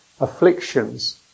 afflictions